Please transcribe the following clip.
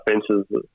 offences